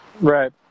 Right